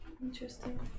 Interesting